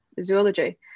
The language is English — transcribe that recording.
zoology